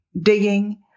digging